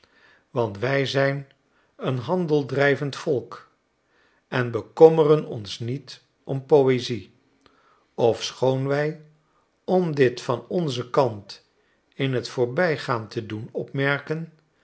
want wij zijn een handeldrij vend volk en bekommeren ons niet om poezie ofschoon wij om dit van onzen kant in tvoorbijgaan te doen opmerken